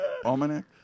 Almanac